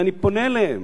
ואני פונה אליהם: